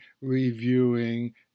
reviewing